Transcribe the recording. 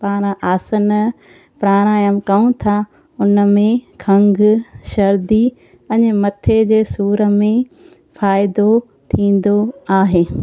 पाण आसन प्राणायाम कयूं था उनमें खंगु सर्दी पंहिंजे मथे जे सूर में फ़ाइदो थींदो आहे